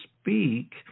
speak